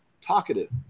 talkative